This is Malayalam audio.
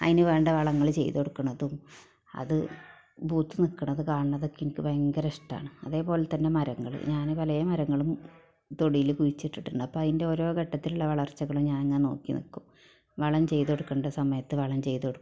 അതിന് വേണ്ട വളങ്ങള് ചെയ്ത് കൊടുക്കുന്നതും അത് പൂത്ത് നിൽക്കുന്നത് കാണുന്നതൊക്കെ എനിക്ക് ഭയങ്കര ഇഷ്ടമാണ് അതേപോലെ തന്നെ മരങ്ങള് ഞാൻ പല മരങ്ങളും തൊടിയിൽ കുഴിച്ചിട്ടുണ്ട് അപ്പോൾ അതിൻ്റെ ഓരോ ഘട്ടത്തിലുള്ള വളർച്ചകളൊക്കെ ഞാൻ അങ്ങനെ നോക്കി നിൽക്കും വളം ചെയ്ത് കൊടുക്കേണ്ട സമയത്ത് വളം ചെയ്ത് കൊടുക്കും